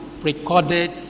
recorded